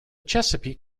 chesapeake